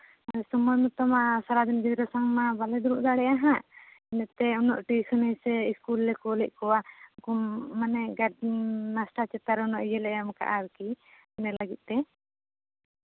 ᱥᱚᱢᱚᱭ ᱢᱚᱛᱚ ᱢᱟ ᱥᱟᱨᱟᱫᱤᱱ ᱜᱤᱫᱽᱨᱟᱹ ᱥᱟᱶ ᱢᱟ ᱵᱟᱞᱮ ᱫᱩᱲᱩᱵ ᱫᱟᱲᱮᱭᱟᱜ ᱦᱟᱸᱜ ᱚᱱᱟᱛᱮ ᱩᱱᱟᱹᱜ ᱴᱤᱭᱩᱥᱚᱱᱤ ᱥᱮ ᱤᱥᱠᱩᱞ ᱨᱮᱞᱮ ᱠᱩᱞᱮᱫ ᱠᱚᱣᱟ ᱢᱟᱱᱮ ᱢᱟᱥᱴᱟᱨ ᱪᱮᱛᱟᱱ ᱨᱮ ᱩᱱᱟᱹᱜ ᱤᱭᱟᱹᱞᱮ ᱮᱢ ᱠᱟᱜᱼᱟ ᱟᱨᱠᱤ ᱤᱱᱟᱹ ᱞᱟᱹᱜᱤᱫ ᱛᱮ